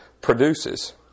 produces